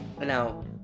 Now